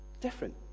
different